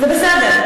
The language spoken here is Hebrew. זה בסדר.